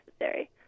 necessary